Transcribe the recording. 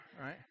right